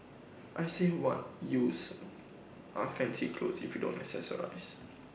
I say what use are fancy clothes if you don't accessories